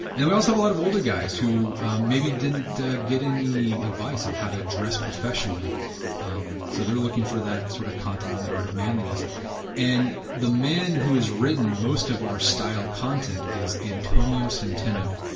and we also have a lot of older guys who maybe didn't get any advice on how to dress professionally um so they are working for that sort of content on the art of manliness and the men who has written most of our style content is antonio centeno.